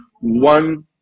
one